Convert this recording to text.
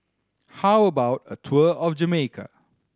how about a tour of Jamaica